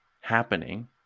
happening